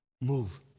move